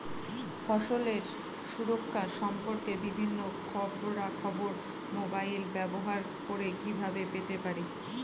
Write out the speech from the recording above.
ফসলের সুরক্ষা সম্পর্কে বিভিন্ন খবরা খবর মোবাইল ব্যবহার করে কিভাবে পেতে পারি?